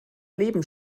leben